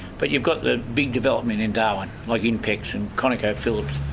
but you've got the big development in darwin, like inpex and conocophillips.